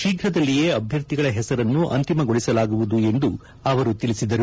ಶೀಘ್ರದಲ್ಲಿಯೇ ಅಭ್ಯರ್ಥಿಗಳ ಹೆಸರನ್ನು ಅಂತಿಮಗೊಳಿಸಲಾಗುವುದು ಎಂದು ಅವರು ತಿಳಿಸಿದರು